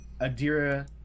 Adira